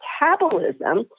metabolism